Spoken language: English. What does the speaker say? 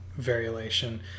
variolation